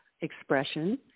expression